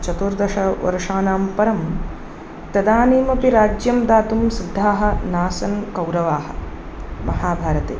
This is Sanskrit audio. चतुर्दशवर्षाणां परं तदानीमपि राज्यं दातुं सिद्धाः नासन् कौरवाः महाभारते